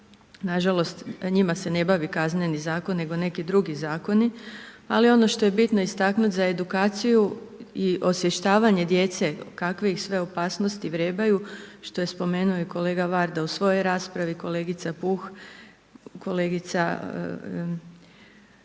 Nažalost, njima se ne bavi kazneni zakon nego neki drugi zakoni, ali ono što je bitno istaknuti za edukaciju i osvještavanje djece kakve ih sve opasnosti vrebaju, što je spomenuo i kolega Varda u svojoj raspravi, kolegica Puh, kolegica Romana